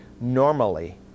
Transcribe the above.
normally